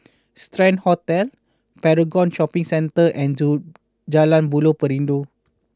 Strand Hotel Paragon Shopping Centre and Ju Jalan Buloh Perindu